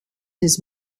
his